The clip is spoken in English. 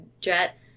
jet